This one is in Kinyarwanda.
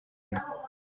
umwe